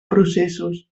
processos